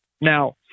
Now